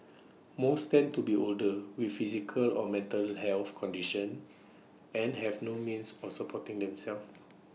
most tend to be older with physical or mental health conditions and have no means of supporting themselves